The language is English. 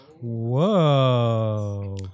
Whoa